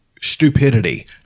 stupidity